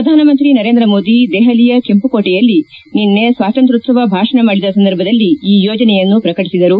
ಪ್ರಧಾನಮಂತ್ರಿ ನರೇಂದ್ರ ಮೋದಿ ದೆಹಲಿಯ ಕೆಂಪುಕೋಟೆಯಲ್ಲಿ ನಿನ್ನೆ ಸ್ವಾತಂತ್ರ್ಯೋತ್ವವ ಭಾಷಣ ಮಾಡಿದ ಸಂದರ್ಭದಲ್ಲಿ ಈ ಯೋಜನೆಯನ್ನು ಪ್ರಕಟಿಸಿದರು